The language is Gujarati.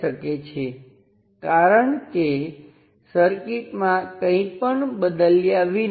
તો અહીં હું જે માપી રહ્યો છું તે એ છે કે મારી પાસે આ N સર્કિટ છે જેમાં બે ટર્મિનલ એક અને એક પ્રાઈમ ખુલ્લા છે અને I1 બરાબર 0 છે